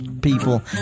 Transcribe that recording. people